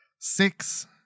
Six